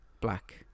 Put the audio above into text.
Black